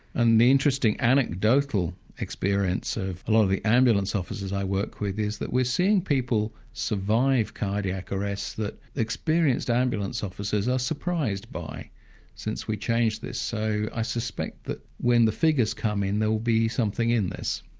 and the interesting anecdotal experience of a lot of the ambulance officers i work with is that we're seeing people survive cardiac arrest that experienced ambulance officers are surprised by since we changed this. so i suspect that when the figures come in, there'll be something in this.